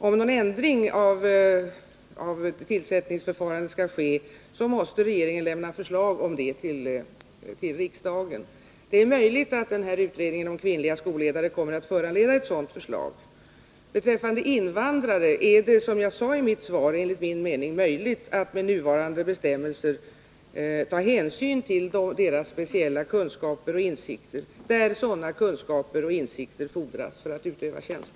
Om någon ändring av tillsättningsförfarandet skall ske, måste regeringen lämna förslag om det till riksdagen. Det är möjligt att utredningen om kvinnliga skolledare kommer att föranleda ett sådant förslag. Beträffande invandrare är det enligt min mening -— jag sade det i mitt svar — möjligt att med nuvarande bestämmelser ta hänsyn till deras speciella kunskaper och insikter i de fall där sådana kunskaper och insikter fordras för utövandet av tjänsten.